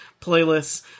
playlists